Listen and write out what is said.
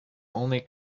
only